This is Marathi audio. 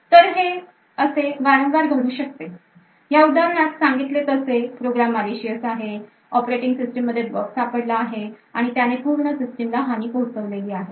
तर हे असे वारंवार घडू शकते ह्या उदाहरणात सांगितले तसे प्रोग्राम malicious आहे operating system मध्ये bug सापडला आहे आणि त्याने पूर्ण सिस्टीमला हानी पोहोचलेली आहे